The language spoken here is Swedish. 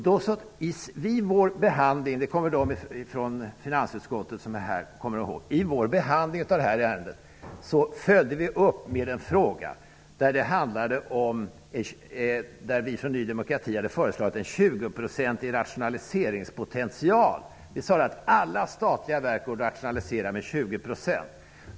De ledamöter från finansutskottet som är här nu kommer i håg att Ny demokrati vid behandlingen av det här ärendet talade om en 20-procentig rationaliseringspotential, vi sade att alla statliga verk borde rationaliseras med 20 %.